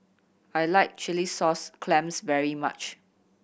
I like chilli sauce clams very much